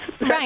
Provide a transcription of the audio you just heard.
Right